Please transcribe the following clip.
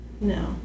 No